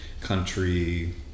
country